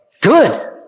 good